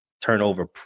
turnover